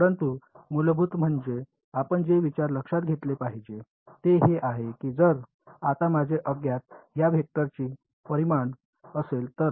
परंतु मूलभूत म्हणजे आपण जे विचार लक्षात घेतले पाहिजे ते हे आहे की जर आता माझे अज्ञात या वेक्टरची परिमाण असेल तर